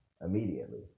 immediately